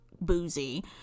boozy